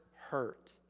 hurt